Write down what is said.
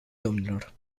domnilor